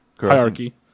hierarchy